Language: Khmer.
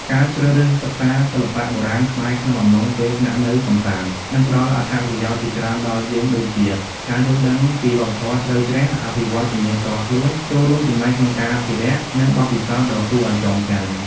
ការជ្រើសរើសសិក្សាសិល្បៈបុរាណខ្មែរក្នុងអំឡុងពេលស្នាក់នៅកម្សាន្ត នឹងផ្ដល់អត្ថប្រយោជន៍ជាច្រើនដល់យើងដូចជា ការយល់ដឹងពីវប្បធម៌ជ្រៅជ្រះ អភិវឌ្ឍជំនាញផ្ទាល់ខ្លួន ចូលរួមចំណែកក្នុងការអភិរក្ស និងបទពិសោធន៍ដ៏គួរឱ្យចងចាំ។